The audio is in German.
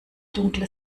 dunkle